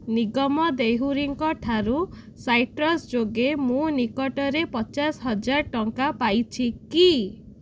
ନିଗମ ଦେହୁରୀଙ୍କ ଠାରୁ ସାଇଟ୍ରସ୍ ଯୋଗେ ମୁଁ ନିକଟରେ ପଚାଶ ହଜାର ଟଙ୍କା ପାଇଛି କି